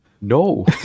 No